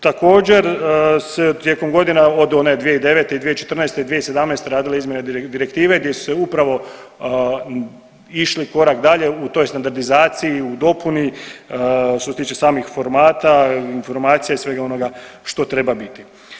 Također se tijekom godina od one 2009. i 2014. i 2017. radile izmjene direktive gdje su se upravo išli korak dalje u toj standardizaciji u dopuni što se tiče samih formata, informacija i svega onoga što treba biti.